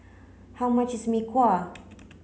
how much is Mee Kuah